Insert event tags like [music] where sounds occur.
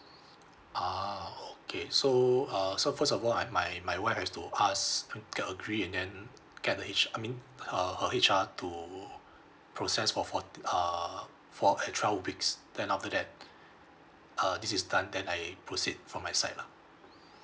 [breath] ah okay so uh so first of all I my my wife has to ask prin~ can agree and then get lash I mean her her H_R to process for forty err for extra weeks then after that [breath] err this is done that I proceed from my side lah